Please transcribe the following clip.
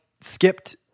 skipped